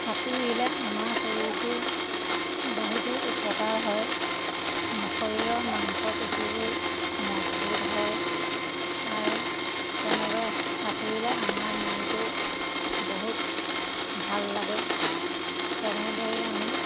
সাঁতুৰিলে আমাৰ শৰীৰটো বহুতো উপকাৰ হয় শৰীৰৰ মাংস পেশীবোৰ মজবুত হয় আৰু তেনেদৰে সাঁতুৰিলে আমাৰ মনটো বহুত ভাল লাগে তেনেদৰেই আমি